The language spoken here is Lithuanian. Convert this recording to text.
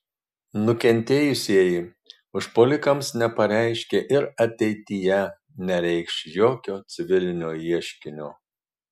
nukentėjusieji užpuolikams nepareiškė ir ateityje nereikš jokio civilinio ieškinio